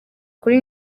kuri